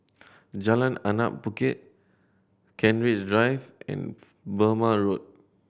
Jalan Anak Bukit Kent Ridge Drive and Burmah Road